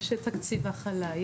יש תקציב הכלה,